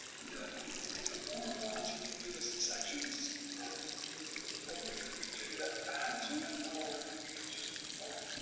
and if the board wants, we can do this in sections and, is it appropriate for b j. to add to it? or, we could just move forward.